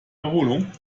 erholung